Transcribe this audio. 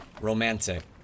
Romantic